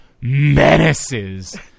menaces